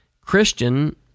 Christian